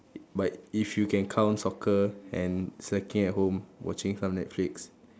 but if you can count soccer and slacking at home watching some netflix